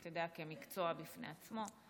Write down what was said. אתה יודע, כמקצוע בפני עצמו.